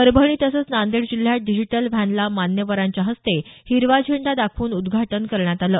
परभणी तसंच नांदेड जिल्ह्यात डिजिटल व्हॅनला मान्यवरांच्या हस्ते हिरवा झेंडा दाखवून उद्घाटन करण्यात आलं